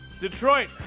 Detroit